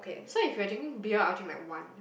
so we are drinking beer I'll drink like one